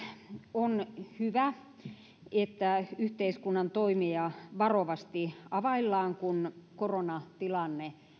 on hyvä että yhteiskunnan toimia varovasti availlaan kun korona tilanne